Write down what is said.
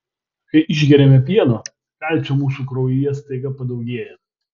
kai išgeriame pieno kalcio mūsų kraujyje staiga padaugėja